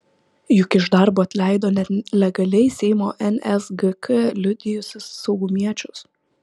juk iš darbo atleido net legaliai seimo nsgk liudijusius saugumiečius